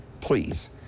Please